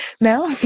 now